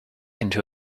into